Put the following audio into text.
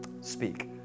speak